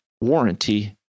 warranty